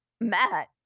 Matt